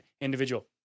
individual